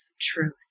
truth